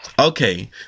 Okay